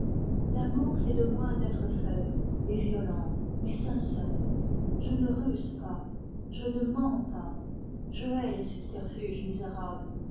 l'amour fait de moi un être faible et violent mais sincère je ne ruse pas je ne mens pas je haïs les subterfuges misérables